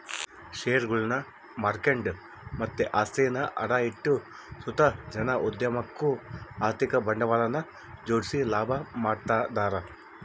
ಷೇರುಗುಳ್ನ ಮಾರ್ಕೆಂಡು ಮತ್ತೆ ಆಸ್ತಿನ ಅಡ ಇಟ್ಟು ಸುತ ಜನ ಉದ್ಯಮುಕ್ಕ ಆರ್ಥಿಕ ಬಂಡವಾಳನ ಜೋಡಿಸಿ ಲಾಭ ಮಾಡ್ತದರ